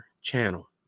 channel